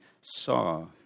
saw